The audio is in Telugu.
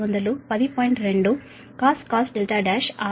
2cos R1 ampere